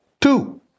two